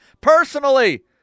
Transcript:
Personally